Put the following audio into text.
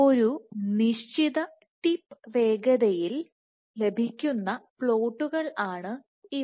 ഒരു നിശ്ചിത ടിപ്പ് വേഗതയിൽ ലഭിക്കുന്ന പ്ലോട്ടുകൾ ആണ് ഇവ